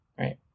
Right